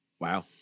wow